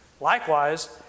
Likewise